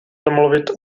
domluvit